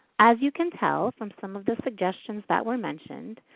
as you can tell, from some of the suggestions that were mentioned,